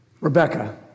Rebecca